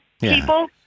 people